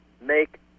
make